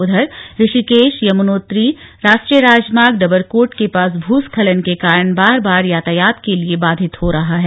उधर ऋषिकेश यमुनोत्री राष्ट्रीय राजमार्ग डबरकोट के पास भूस्खलन के कारण बार बार यातायात के लिए बाधित हो रहा है